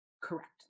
Correct